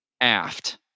aft